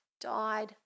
died